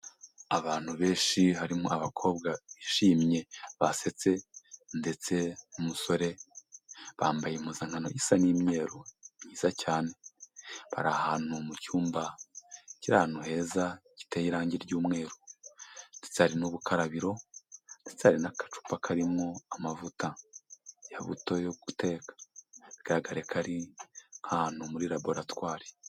Abantu benshi harimo abakobwa bishimye basetse ndetse n'umusore, bambaye impuzankano isa n'imyeru myiza cyane, bari ahantu mu cyumba kiri ahantu heza giteye irangi ry'umweru ndetse hari n'ubukarabiro ndetse hari n'agacupa karimo amavuta ya buto yo guteka, bigaragara ko ari nk'ahantu muri laboratwari.